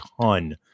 ton